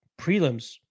prelims